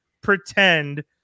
pretend